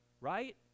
right